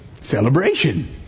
Celebration